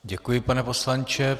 Děkuji, pane poslanče.